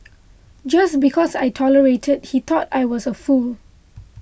just because I tolerated he thought I was a fool